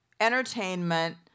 entertainment